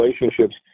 relationships